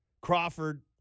Crawford